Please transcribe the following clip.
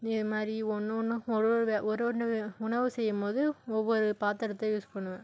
இது மாதிரி ஒன்று ஒன்றும் ஒரு ஒரு ஒரு ஒன்று உணவு செய்யும்போது ஒவ்வொரு பாத்திரத்த யூஸ் பண்ணுவேன்